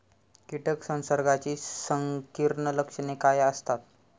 कीटक संसर्गाची संकीर्ण लक्षणे काय असतात?